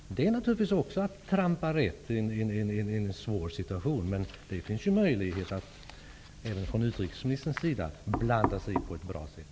Det handlar naturligtvis om att trampa rätt i en svår situation, men det finns ju även från utrikesministerns sida möjlighet att blanda sig i på ett bra sätt.